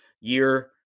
year